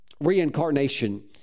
Reincarnation